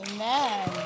Amen